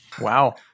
Wow